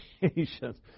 patience